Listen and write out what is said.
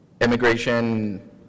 immigration